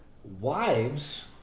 Wives